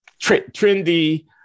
trendy